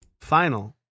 final